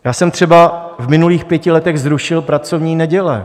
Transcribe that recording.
Já jsem třeba v minulých pěti letech zrušil pracovní neděle.